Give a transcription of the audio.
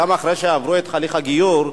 גם אחרי שעברו את הליך הגיור,